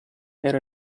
era